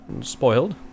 spoiled